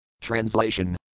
Translation